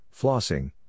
flossing